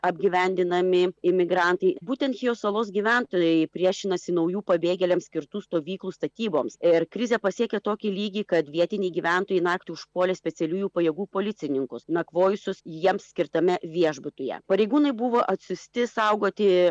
apgyvendinami imigrantai būtent chijo salos gyventojai priešinasi naujų pabėgėliams skirtų stovyklų statyboms ir krizė pasiekė tokį lygį kad vietiniai gyventojai naktį užpuolė specialiųjų pajėgų policininkus nakvojusius jiems skirtame viešbutyje pareigūnai buvo atsiųsti saugoti